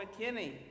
McKinney